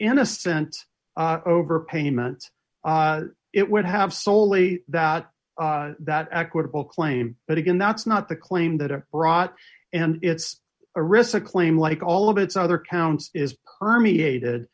innocent overpayments it would have soley that that equitable claim but again that's not the claim that a brought and it's a risk a claim like all of its other counts is permeated